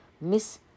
Miss